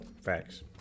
Facts